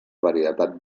varietat